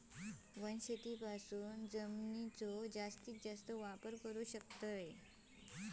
वनशेतीपासून जमिनीचो जास्तीस जास्त वापर करू शकताव